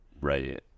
right